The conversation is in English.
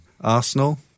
Arsenal